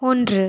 ஒன்று